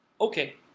Okay